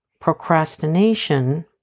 procrastination